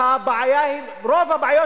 אפילו הסעיף